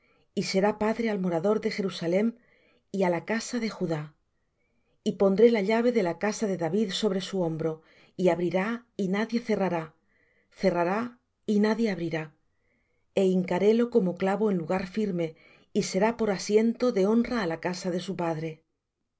y será padre al morador de jerusalem y á la casa de judá y pondré la llave de la casa de david sobre su hombro y abrirá y nadie cerrará cerrará y nadie abrirá e hincarélo como clavo en lugar firme y será por asiento de honra á la casa de su padre